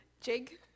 jig